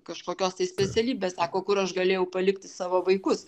kažkokios tai specialybės sako kur aš galėjau palikti savo vaikus